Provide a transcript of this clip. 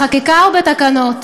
בחקיקה או בתקנות?